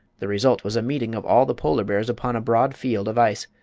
the result was a meeting of all the polar bears upon a broad field of ice,